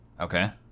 Okay